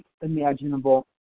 imaginable